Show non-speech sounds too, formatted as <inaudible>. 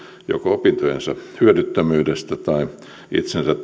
joko opintojensa hyödyttömyydestä tai itsensä <unintelligible>